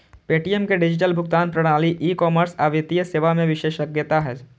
Paytm के digital भुगतान प्रणाली, ई कॉमर्स आ वित्तीय सेवा मे विशेषज्ञता छै